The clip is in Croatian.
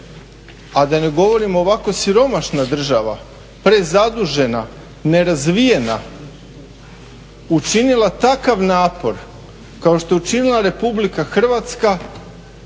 a da ne govorim ovako siromašna država, prezadužena, nerazvijena učinila takav napor kao što je učinila Republika Hrvatska